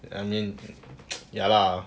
I mean ya lah